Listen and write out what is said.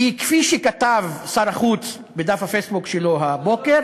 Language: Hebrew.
כי כפי שכתב שר החוץ בדף הפייסבוק שלו הבוקר,